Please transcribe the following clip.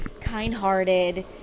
kind-hearted